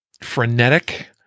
frenetic